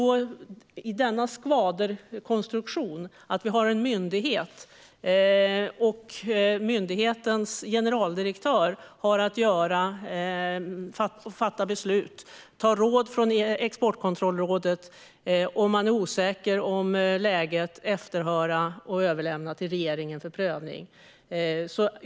I denna skvaderkonstruktion har vi en myndighet vars generaldirektör har att fatta beslut, ta råd från Exportkontrollrådet om man är osäker om läget och därefter överlämna detta till regeringen för prövning.